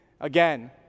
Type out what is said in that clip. again